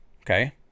okay